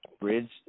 bridge